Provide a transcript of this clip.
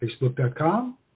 Facebook.com